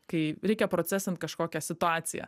kai reikia procesint kažkokią situaciją